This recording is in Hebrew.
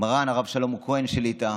מרן הרב שלום כהן שליט"א